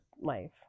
life